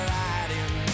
riding